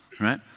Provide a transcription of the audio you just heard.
right